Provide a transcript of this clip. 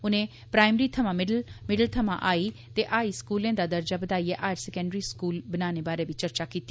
उनें प्राइमरी थमां middle middle थमां हाई ते हाई स्कूलें दा दर्जा बधाइयै हायर सकैंडरी स्कूल बनाने बारे बी चर्चा कीती